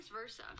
versa